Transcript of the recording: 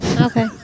Okay